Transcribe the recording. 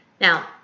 Now